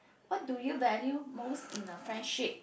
what do you value most in a friendship